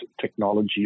technology